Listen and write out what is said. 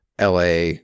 LA